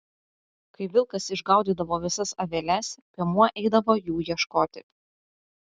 kai vilkas išgaudydavo visas aveles piemuo eidavo jų ieškoti